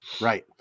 right